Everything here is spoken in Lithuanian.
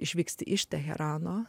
išvyksti iš teherano